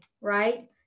right